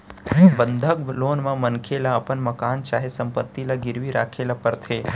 बंधक लोन म मनखे ल अपन मकान चाहे संपत्ति ल गिरवी राखे ल परथे